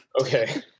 Okay